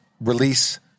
Release